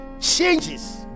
changes